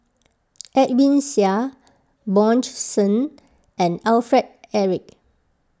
Edwin Siew Bjorn Shen and Alfred Eric